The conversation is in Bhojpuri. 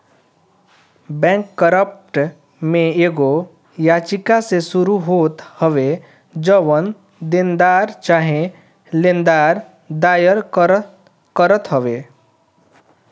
बैंककरप्ट में एगो याचिका से शुरू होत हवे जवन देनदार चाहे लेनदार दायर करत हवे